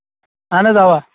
اَہن حظ اَوا